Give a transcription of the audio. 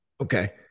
Okay